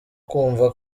kumva